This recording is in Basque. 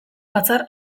batzar